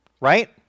right